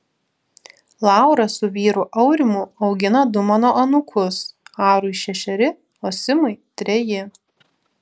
laura su vyru aurimu augina du mano anūkus arui šešeri o simui treji